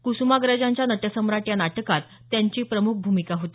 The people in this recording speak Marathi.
कुसुमाग्रजांच्या नटसम्राटया नाटकात त्यांनी प्रम्ख भूमिका होती